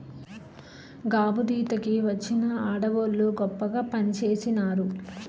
గాబుదీత కి వచ్చిన ఆడవోళ్ళు గొప్పగా పనిచేసినారు